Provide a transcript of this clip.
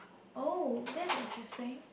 oh that's interesting